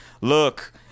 look